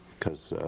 because